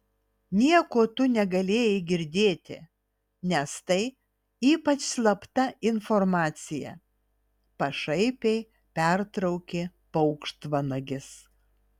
nieko tu negalėjai girdėti nes tai ypač slapta informacija pašaipiai pertraukė paukštvanagis